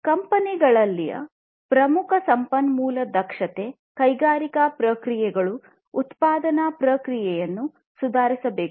ಕಂಪನಿಗಳಲ್ಲಿನ ಪ್ರಮುಖ ಸಂಪನ್ಮೂಲಗಳ ದಕ್ಷತೆ ಕೈಗಾರಿಕಾ ಪ್ರಕ್ರಿಯೆಗಳು ಉತ್ಪಾದನಾ ಪ್ರಕ್ರಿಯೆಯನ್ನು ಸುಧಾರಿಸಬೇಕಾಗಿದೆ